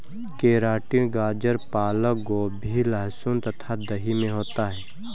keratin गाजर पालक गोभी लहसुन तथा दही में होता है